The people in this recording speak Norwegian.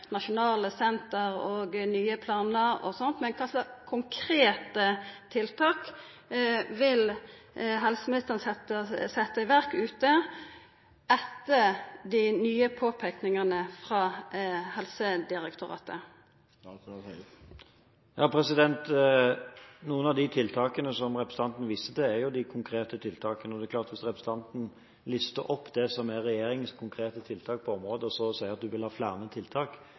nasjonale senter og nye planar og sånt. Kva slags konkrete tiltak vil helseministeren setja i verk ute, etter dei nye påpeikingane frå Helsedirektoratet? Noen av de tiltakene som representanten viste til, er jo de konkrete tiltakene. Hvis representanten lister opp det som er regjeringens konkrete tiltak på området, og så sier at hun vil ha flere tiltak,